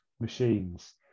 machines